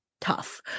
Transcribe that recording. tough